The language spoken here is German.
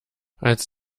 als